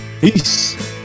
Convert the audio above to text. Peace